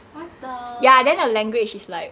what the